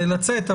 לצאת,